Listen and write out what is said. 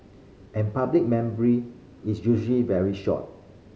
and public memory is usually very short